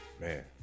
Man